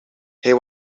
hij